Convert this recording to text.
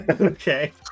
Okay